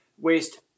waste